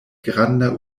granda